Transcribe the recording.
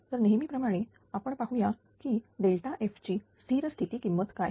तर नेहमीप्रमाणे आपण पाहूया कीF ची स्थिर स्थिती किंमत काय